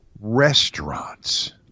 restaurants